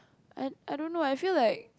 I I don't know I feel like